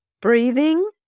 breathing